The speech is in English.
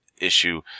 issue